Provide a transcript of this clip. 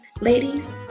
Ladies